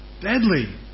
Deadly